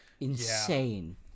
insane